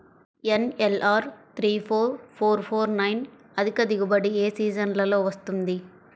NLR three four four four nine అధిక దిగుబడి ఏ సీజన్లలో వస్తుంది?